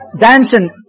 dancing